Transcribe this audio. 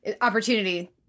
opportunity